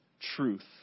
truth